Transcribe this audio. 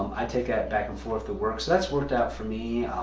i take that back and forth to work so that's worked out for me.